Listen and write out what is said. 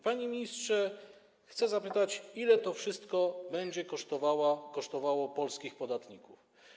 Panie ministrze, chcę zapytać, ile to wszystko będzie kosztowało polskich podatników.